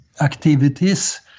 activities